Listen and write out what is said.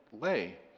lay